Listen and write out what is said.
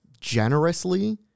generously